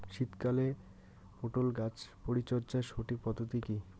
শীতকালে পটল গাছ পরিচর্যার সঠিক পদ্ধতি কী?